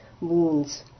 wounds